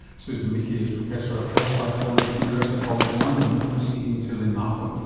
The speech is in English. susan michie is professor of health psychology at university college london and was speaking to lynne malcolm